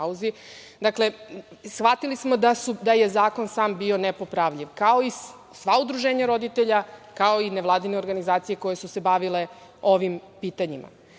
pauzi, shvatili smo da je zakon sam bio nepopravljiv kao i sva udruženja roditelja, kao i nevladine organizacije koje su se bavile ovim pitanjima. Takođe,